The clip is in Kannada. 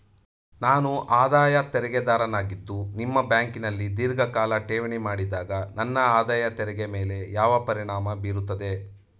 ನಾನು ಆದಾಯ ತೆರಿಗೆದಾರನಾಗಿದ್ದು ನಿಮ್ಮ ಬ್ಯಾಂಕಿನಲ್ಲಿ ಧೀರ್ಘಕಾಲ ಠೇವಣಿ ಮಾಡಿದಾಗ ನನ್ನ ಆದಾಯ ತೆರಿಗೆ ಮೇಲೆ ಯಾವ ಪರಿಣಾಮ ಬೀರುತ್ತದೆ?